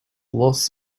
loss